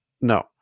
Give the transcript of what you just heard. No